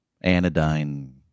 Anodyne